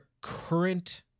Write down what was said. current